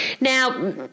Now